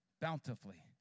Bountifully